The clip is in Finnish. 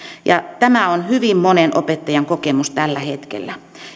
tämä on hyvin monen opettajan kokemus tällä hetkellä